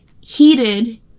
heated